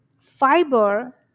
fiber